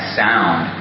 sound